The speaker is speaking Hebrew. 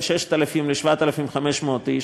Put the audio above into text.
זה בין 6,000 ל-7,500 איש,